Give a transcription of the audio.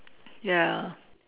ya